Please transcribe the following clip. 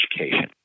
Education